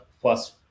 plus